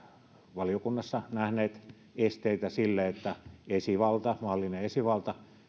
valiokunnassa nähneet esteitä sille että maallinen esivalta